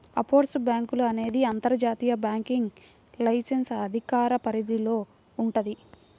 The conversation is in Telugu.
ఆఫ్షోర్ బ్యేంకులు అనేది అంతర్జాతీయ బ్యాంకింగ్ లైసెన్స్ అధికార పరిధిలో వుంటది